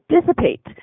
dissipate